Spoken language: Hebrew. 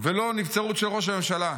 ולא נבצרות של ראש הממשלה.